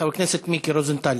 חבר הכנסת מיקי רוזנטל,